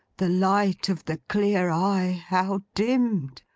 the light of the clear eye, how dimmed.